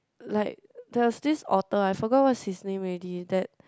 like there was this author I forgot what's his name already that